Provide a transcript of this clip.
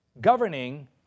governing